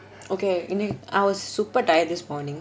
okay இன்னிக்கி:innikki I was super tired this morning